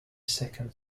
second